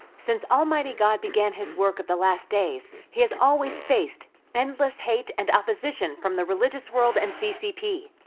since almighty god began his work of the last days, he has always faced endless hate and opposition from the religious world and ccp.